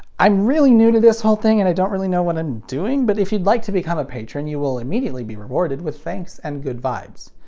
i'm really new to this whole thing and don't really know what i'm doing, but if you'd like to become a patron you will immediately be rewarded with thanks and good vibes.